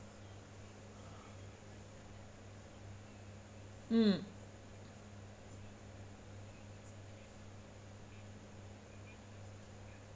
mm